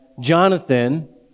Jonathan